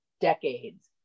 decades